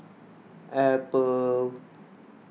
Apple